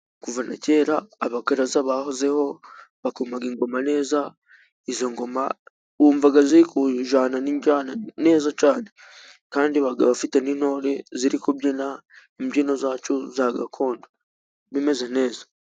Kuva na kera abakaraza bahozeho， bakoma ingoma neza， izo ngoma wumva ziri kujyana n’injyana neza cyane， kandi baba bafite n'intore ziri kubyina， imbyino zacu za gakondo, bimeze neza.